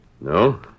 No